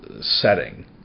setting